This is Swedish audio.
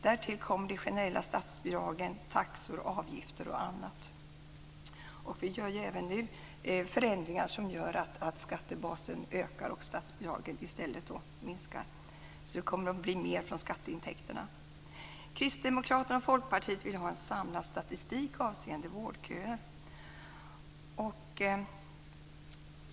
Därtill kommer de generella statsbidragen, taxor, avgifter och annat. Vi gör även nu förändringar som gör att skattebasen ökar och statsbidragen i stället minskar, så det kommer att bli mer från skatteintäkterna. Kristdemokraterna och Folkpartiet vill ha en samlad statistik avseende vårdköer.